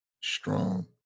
strong